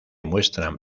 muestran